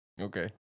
Okay